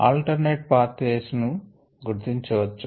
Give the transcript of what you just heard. alter net pathways ను గుర్తించ వచ్చు